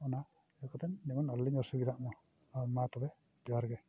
ᱚᱱᱟ ᱤᱭᱴᱟᱹ ᱠᱟᱛᱮᱫ ᱡᱮᱢᱚᱱ ᱟᱞᱚ ᱞᱤᱧ ᱚᱥᱩᱵᱤᱫᱷᱟᱜ ᱢᱟ ᱟᱨ ᱢᱟ ᱛᱚᱵᱮ ᱡᱚᱸᱦᱟᱨ ᱜᱮ